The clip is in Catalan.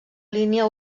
línia